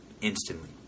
instantly